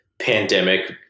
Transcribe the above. pandemic